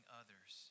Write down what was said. others